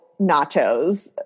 nachos